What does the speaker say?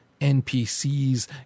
NPCs